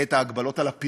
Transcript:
את ההגבלות על הפרסום,